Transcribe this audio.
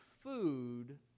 food